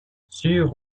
sur